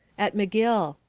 at mcgill.